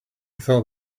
thought